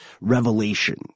revelation